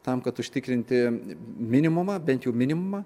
tam kad užtikrinti minimumą bent jau minimumą